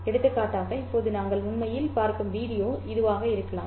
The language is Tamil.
எடுத்துக்காட்டாக இப்போது நீங்கள் உண்மையில் பார்க்கும் வீடியோ இதுவாக இருக்கலாம்